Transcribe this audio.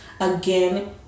again